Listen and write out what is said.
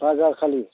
बाजारखालि